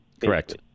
Correct